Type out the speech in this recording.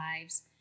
lives